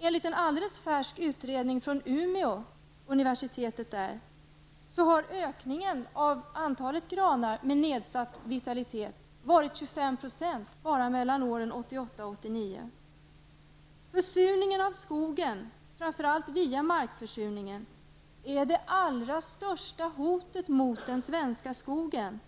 Enligt en alldeles färsk utredning från Umeå universitet har ökningen varit 25 % mellan åren 1988 och 1989. Försurningen av skogen, framför allt via marken, är det allra största hotet mot den svenska skogen.